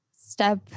step